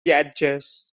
viatges